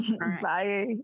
Bye